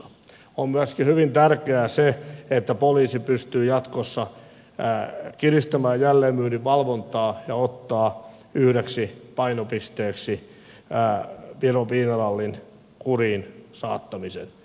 on myöskin hyvin tärkeää se että poliisi pystyy jatkossa kiristämään jälleenmyynnin valvontaa ja ottaa yhdeksi painopisteeksi viron viinarallin kuriin saattamisen